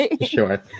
Sure